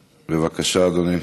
בבקשה, אדוני.